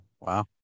wow